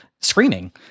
screaming